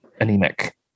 anemic